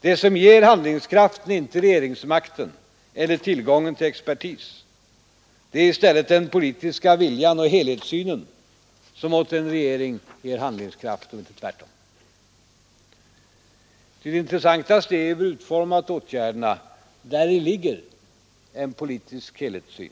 Det som ger handlingskraften är inte regeringsmakten eller tillgången till expertis. Det är i stället den politiska viljan och helhetssynen som åt en regering ger handlingskraft — inte tvärtom. Det intressantaste är hur vi utformat åtgärderna. Däri ligger en politisk helhetssyn.